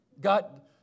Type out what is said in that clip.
got